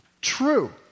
True